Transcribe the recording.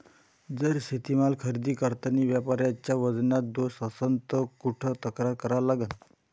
जर शेतीमाल खरेदी करतांनी व्यापाऱ्याच्या वजनात दोष असन त कुठ तक्रार करा लागन?